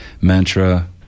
Mantra